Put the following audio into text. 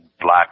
black